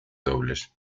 dobles